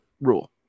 rule